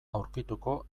aurkituko